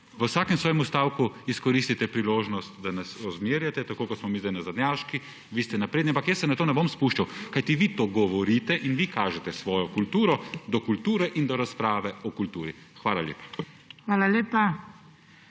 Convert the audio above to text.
v vsakem svojemu stavku izkoristite priložnost, da nas ozmerjate, tako kot smo mi zdaj nazadnjaški, vi ste napredni. Ampak jaz se v to ne bom spuščal, vi to govorite in vi kažete svojo kulturo do kulture in do razprave o kulturi. Hvala lepa.